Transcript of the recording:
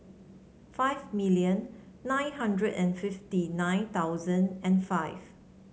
five million nine hundred and fifty nine thousand and five